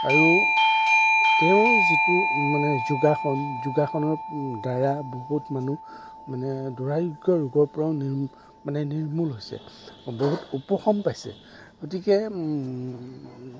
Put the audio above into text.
আৰু তেওঁ যিটো মানে যোগাসন যোগাসনৰ দ্বাৰা বহুত মানুহ মানে দূৰাৰোগ্য ৰোগৰ পৰাও মানে নিৰ্মূল হৈছে বহুত উপশম পাইছে গতিকে